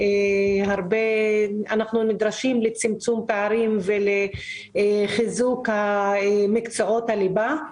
נדרשים לצמצום פערים ולחיזוק מקצועות הליבה.